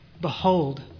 Behold